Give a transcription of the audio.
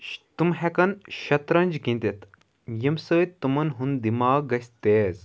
تِم ہیٚکن شَترنج گِندِتھ ییٚمہِ سۭتۍ تِمن ہُند دٮ۪ماغ گژھِ تیز